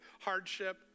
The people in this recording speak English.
hardship